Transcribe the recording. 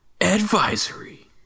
Advisory